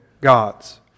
gods